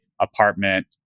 apartment